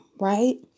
right